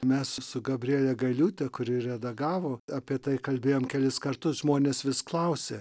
mes su gabriele gailiūte kuri redagavo apie tai kalbėjom kelis kartus žmonės vis klausė